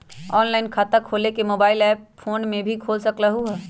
Online खाता खोले के मोबाइल ऐप फोन में भी खोल सकलहु ह?